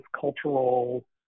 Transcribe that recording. cultural